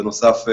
בנוסף,